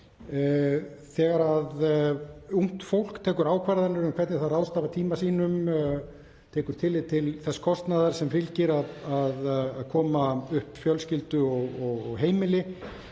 Þegar ungt fólk tekur ákvarðanir um hvernig það ráðstafar tíma sínum, tekur tillit til þess kostnaðar sem fylgir því að koma upp fjölskyldu og heimili,